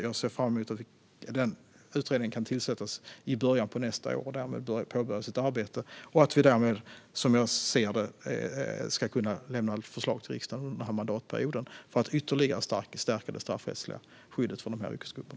Jag ser fram emot att utredningen kan tillsättas i början av nästa år och att vi därmed, som jag ser det, ska kunna lämna förslag till riksdagen under denna mandatperiod för att ytterligare stärka det straffrättsliga skyddet för dessa yrkesgrupper.